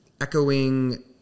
echoing